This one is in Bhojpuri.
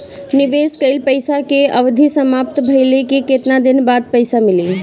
निवेश कइल पइसा के अवधि समाप्त भइले के केतना दिन बाद पइसा मिली?